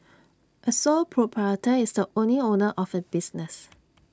A sole proprietor is the only owner of A business